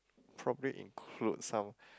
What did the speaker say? probably include some